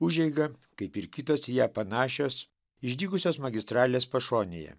užeiga kaip ir kitos į ją panašios išdygusios magistralės pašonėje